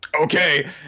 Okay